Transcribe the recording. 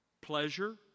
pleasure